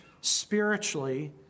spiritually